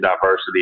diversity